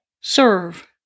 serve